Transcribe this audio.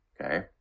Okay